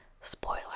Spoiler